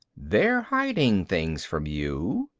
they're hiding things from you,